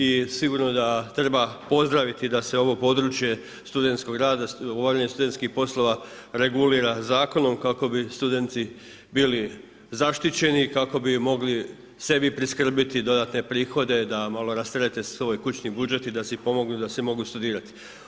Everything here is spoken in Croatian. I sigurno da treba pozdraviti da se ovo područje studentskog rada, obavljanje studentskih poslova regulira zakonom kako bi studenti bili zaštićeni i kako bi mogli sebi priskrbiti dodatne prihode da malo rasterete svoj kućni budžet i da si pomognu, da si mogu studirati.